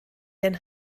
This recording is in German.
den